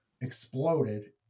exploded